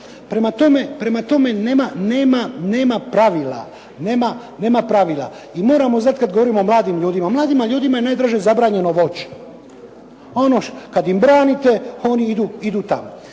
Prema tome, nema pravila. I moramo znati kad govorimo o mladim ljudima. Mladim ljudima je najdraže zabranjeno voće, a ono kad im branite oni idu tamo.